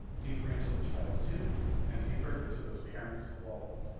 deeper into the child's tooth and deeper into those parents' wallets.